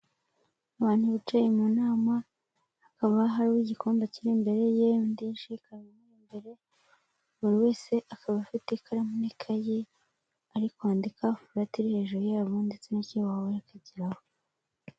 Abantu bicaye mu nama hakaba hariho igikombe kiri imbere ye imeza ikaba imbere buri wese akaba afite ikaramu n'ikayi ari kwandikaho furati iri hejuru yabo ndetse n'ikibaho bari kwandikiraho.